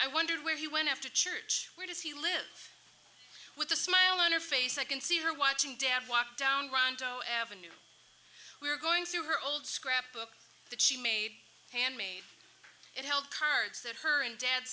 i wondered where he went after church where does he live with a smile on her face i can see her watching dad walk down rondo avenue we are going through her old scrapbook that she made handmade it held cards that her and dad